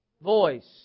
voice